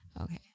Okay